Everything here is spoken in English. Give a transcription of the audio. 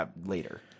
Later